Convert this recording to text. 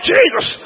Jesus